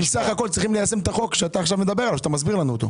הם סך הכול צריכים ליישם את החוק שאתה מסביר לנו אותו.